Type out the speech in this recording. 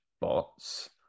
bots